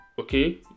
okay